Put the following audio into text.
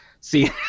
See